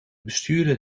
bestuurder